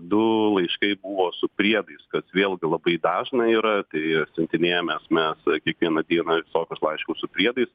du laiškai buvo su priedais kas vėlgi labai dažna yra tai siuntinėjomės mes kiekvieną dieną tokius laiškus su priedais